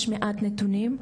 יש מעט נתונים,